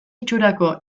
itxurako